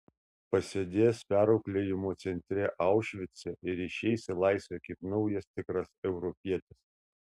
pasėdės perauklėjimo centre aušvice ir išeis į laisvę kaip naujas tikras europietis